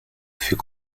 fut